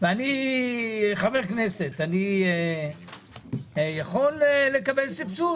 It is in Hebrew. ואני חבר כנסת אני יכול לקבל סבסוד?